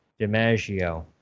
DiMaggio